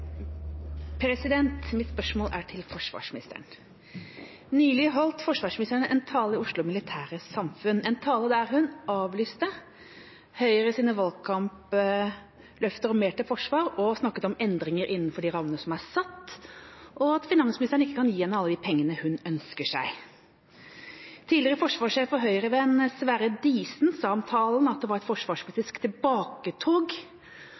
Mitt spørsmål går til forsvarsministeren. Nylig holdt forsvarsministeren en tale i Oslo Militære Samfund – en tale der hun avlyste Høyres valgkampløfter om mer til forsvar og snakket om endringer innenfor de rammene som er satt, og at finansministeren ikke kan gi henne alle de pengene hun ønsker seg. Tidligere forsvarssjef og Høyre-venn Sverre Diesen sa om talen at den var et